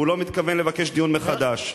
והוא לא מתכוון לבקש דיון מחדש.